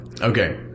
Okay